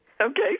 Okay